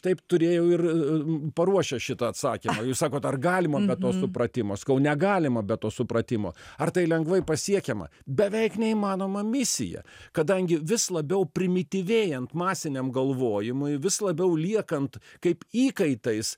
taip turėjau ir paruošęs šitą atsakymą jūs sakot ar galima be to supratimo sakau negalima be to supratimo ar tai lengvai pasiekiama beveik neįmanoma misija kadangi vis labiau primityvėjant masiniam galvojimui vis labiau liekant kaip įkaitais